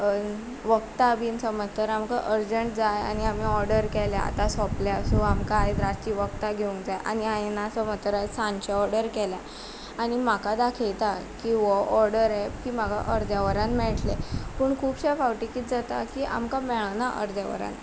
वखदां बीन समज जर आतां अर्जंट जाय आनी हांवें ऑर्डर केल्या आतां सोंपल्यां सो आमकां आज रातचीं वखदां घेवंक जाय आनी आज समज तर सांचें ऑर्डर केलें आनी म्हाका दाखयता की हो ऑर्डर एप की म्हाका अर्द्या वरान मेयटले पूण खुबशे फावटी कितें जाता की आमकां मेळना अर्द्या वरान